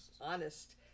Honest